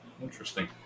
Interesting